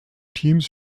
teams